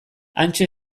hantxe